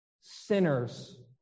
sinners